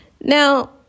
Now